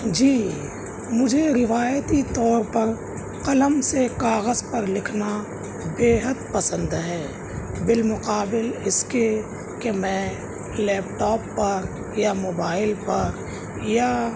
جی مجھے روایتی طور پر قلم سے کاغذ پر لکھنا بےحد پسند ہے بالمقابل اس کے کہ میں لیپ ٹاپ پر یا موبائل پر یا